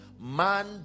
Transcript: Man